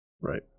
Right